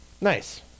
Nice